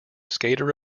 skater